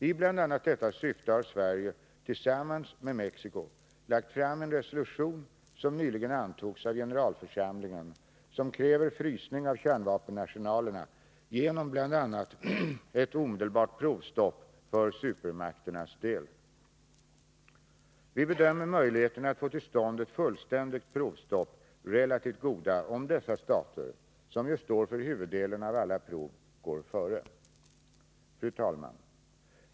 I bl.a. detta syfte har Sverige tillsammans med Mexico lagt fram en resolution, som nyligen antogs av generalförsamlingen och som kräver frysning av kärnvapenarsenalerna genom bl.a. ett omedelbart provstopp för supermakternas del. Vi bedömer möjligheterna att få till stånd ett fullständigt provstopp som relativt goda, om dessa stater — som ju står för huvuddelen av alla prov — går före. Fru talman!